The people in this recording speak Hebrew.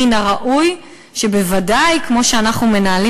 מן הראוי שבוודאי כמו שאנחנו מנהלים